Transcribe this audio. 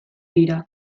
dira